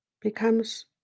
becomes